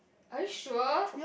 are you sure